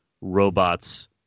Robots